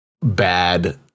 bad